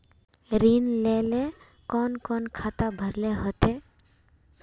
ऋण लेल कोन कोन खाता भरेले होते?